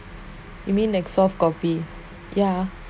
you mean like soft copy ya